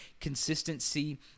consistency